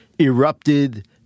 erupted